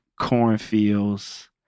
cornfields